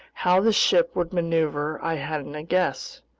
how the ship would maneuver i hadn't a guess.